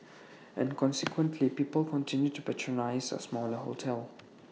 and consequently people continued to patronise A smaller hotel